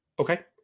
Okay